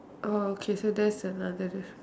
oh okay so that's another difference